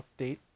Update